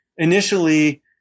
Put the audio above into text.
Initially